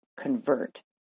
convert